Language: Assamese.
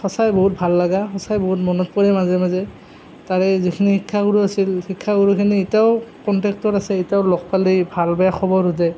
সঁচাই বহুত ভাল লগা সঁচাই বহুত মনত পৰে মাজে মাজে তাৰে যিখিনি শিক্ষাগুৰু আছি শিক্ষাগুৰুখিনি এতিয়াও কণ্টেক্টত আছে এতিয়াও লগ পালে ভাল বেয়া খবৰ শুধে